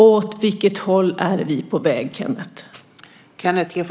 Åt vilket håll är vi på väg, Kenneth?